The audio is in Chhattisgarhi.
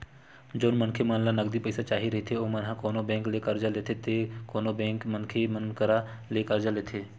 जउन मनखे मन ल नगदी पइसा चाही रहिथे ओमन ह कोनो बेंक ले करजा लेथे ते कोनो मनखे मन करा ले करजा लेथे